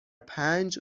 پنج